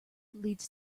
leads